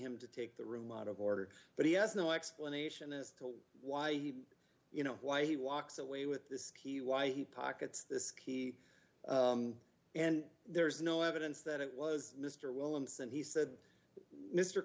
him to take the room out of order but he has no explanation as to why he you know why he walks away with this key why he pockets this key and there's no evidence that it was mr williams and he said mr